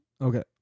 Okay